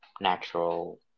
natural